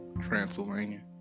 Transylvania